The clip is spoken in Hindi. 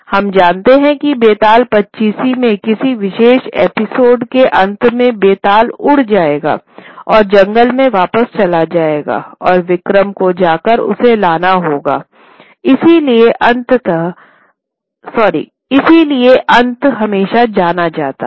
हम जानते हैं कि बेताल पच्चीसी में किसी विशेष एपिसोड के अंत में बेताल उड़ जायेगा और जंगल में वापस चला जायेगा और विक्रम को जाकर उसे लाना होगा इसलिए अंत हमेशा जाना जाता है